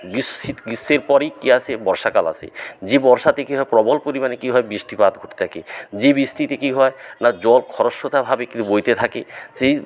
গ্রীষ্মের পরই কী আসে বর্ষাকাল আসে যে বর্ষাতে কী হয় প্রবল পরিমাণে কী হয় বৃষ্টিপাত হতে থাকে যে বৃষ্টিতে কী হয় না জল খরস্রোতা ভাবে কি বইতে থাকে সেই